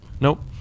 Nope